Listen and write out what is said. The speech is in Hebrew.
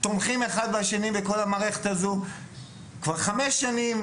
שתומכים אחד בשני בכל המערכת הזו כבר חמש שנים,